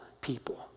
people